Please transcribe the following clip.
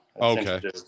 okay